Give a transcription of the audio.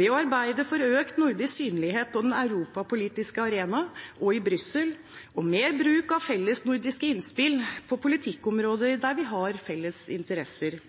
ved å arbeide for økt nordisk synlighet på den europapolitiske arena og i Brussel og mer bruk av fellesnordiske innspill på politikkområder der vi har felles interesser.